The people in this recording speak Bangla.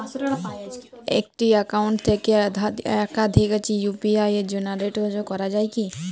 একটি অ্যাকাউন্ট থেকে একাধিক ইউ.পি.আই জেনারেট করা যায় কি?